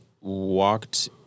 walked